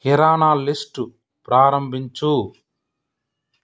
కిరాణా list ప్రారంభించు